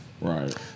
Right